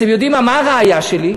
אתם יודעים מה הראיה שלי?